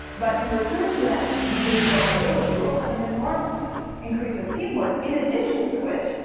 but in return for that increased vulnerability, you also have an enormous increase of teamwork, in addition to which,